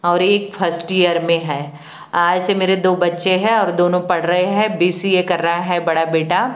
और एक first year में है ऐसे मेरे दो बच्चे हैं और दोनों पढ़ रहे हैं बी सी ए कर रहा है बड़ा बेटा